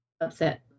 upset